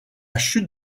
chute